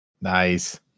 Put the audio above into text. Nice